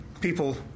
people